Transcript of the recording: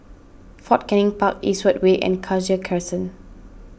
Fort Canning Park Eastwood Way and Cassia Crescent